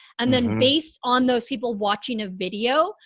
and then based on those people watching a video,